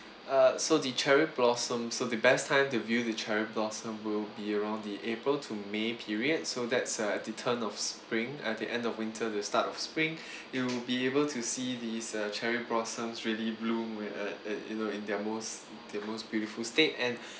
uh so the cherry blossom so the best time to view the cherry blossom will be around the april to may period so that's uh at the turn of spring at the end of winter at the start of spring you'll be able to see these uh cherry blossoms really bloom uh uh you know in their most their most beautiful state and